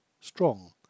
strong